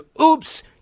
oops